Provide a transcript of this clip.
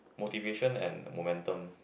motivation and momentum